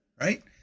right